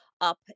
up